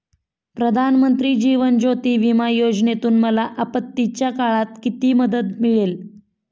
प्रधानमंत्री जीवन ज्योती विमा योजनेतून मला आपत्तीच्या काळात किती मदत मिळेल?